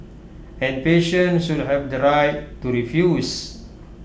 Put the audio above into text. and patients should have the right to refuse